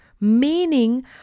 meaning